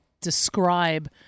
describe